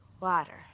Water